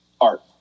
art